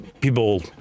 people